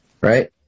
right